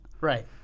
Right